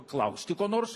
klausti ko nors